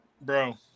bro